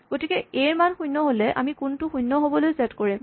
গতিকে এ ৰ মান শূণ্য হ'লে আমি কোণটো শূণ্য হ'বলৈ চেট কৰিম